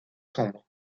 sombres